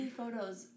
photos